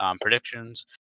predictions